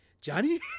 Johnny